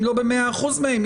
אם לא ב-100% מהם,